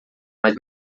mas